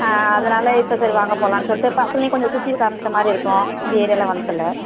ஆ அதனால் இப்போ சரி வாங்க போகலான்னு சொல்லிட்டு பசங்களையும் கொஞ்சம் சுற்றி காமிச்சமாரியும் இருக்கும் இந்த ஏரியாலாம் வந்ததில்லை